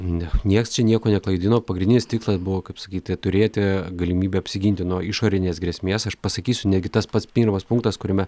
ne nieks čia nieko neklaidino pagrindinis tikslas buvo kaip sakyti turėti galimybę apsiginti nuo išorinės grėsmės aš pasakysiu negi tas pats pirmas punktas kuriame